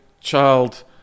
child